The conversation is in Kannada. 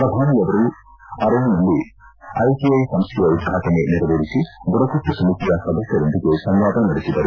ಶ್ರಧಾನಿಯವರು ಅರೊಂಗ್ನಲ್ಲಿ ಐಟಿಐ ಸಂಸ್ಥೆಯ ಉದ್ವಾಟನೆ ನೆರವೇರಿಸಿ ಬುಡಕಟ್ಟು ಸಮಿತಿಯ ಸದಸ್ಲರೊಂದಿಗೆ ಸಂವಾದ ನಡೆಸಿದರು